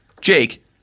Jake